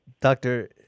Doctor